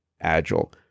agile